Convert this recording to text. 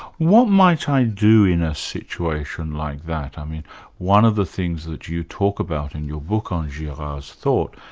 what might i do in a situation like that? i mean one of the things that you talk about in your book on girard's thought,